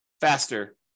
faster